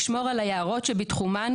לשמור על היערות שבתחומן,